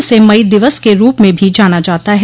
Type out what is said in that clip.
इसे मई दिवस के रूप में भी जाना जाता है